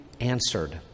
answered